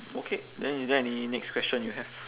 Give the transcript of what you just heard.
okay then is there any next question you have